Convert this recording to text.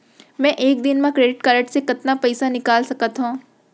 मैं एक दिन म क्रेडिट कारड से कतना पइसा निकाल सकत हो?